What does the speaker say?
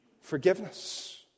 Forgiveness